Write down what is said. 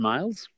Miles